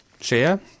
share